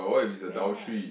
really meh